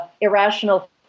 irrational